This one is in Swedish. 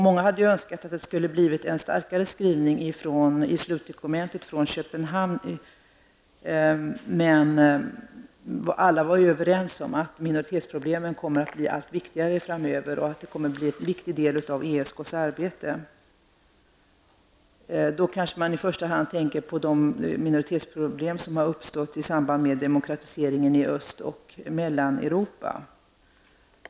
Många hade önskat en starkare skrivning i detta avseende i slutdokumentet från Köpenhamn, men alla var överens om att minoritetsproblemen kommer att bli allt viktigare framöver och att de kommer att bli en viktig del av ESKs arbete. Då kanske man i första hand tänker på de minoritetsproblem som uppstått i samband med demokratiseringen i Öst och Mellaneuropa.